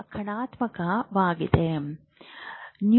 ಣಾತ್ಮಕವಾಗಿರುತ್ತದೆ